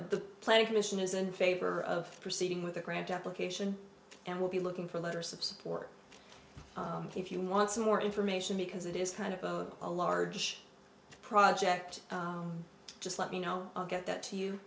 the planning commission is in favor of proceeding with the grant application and we'll be looking for letters of support if you want some more information because it is kind of a large project just let me know i'll get that to you